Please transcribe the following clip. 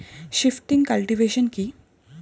Shifting cultivation কি?